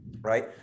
Right